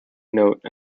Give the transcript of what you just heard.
note